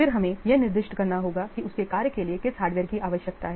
फिर हमें यह निर्दिष्ट करना होगा कि उसके कार्य के लिए किस हार्डवेयर की आवश्यकता है